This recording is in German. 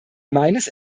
meines